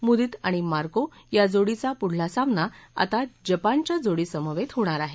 मुदित आणि मार्को या जोडीचा पुढील सामना आता जपानच्या जोडीसमवेत होणार आहे